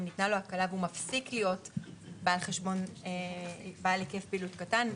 אם ניתנה לו הקלה והוא מפסיק להיות בעל היקף פעילות קטן,